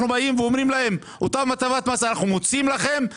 אנחנו אומרים להם: אנחנו לוקחים לכם את הטבת המס,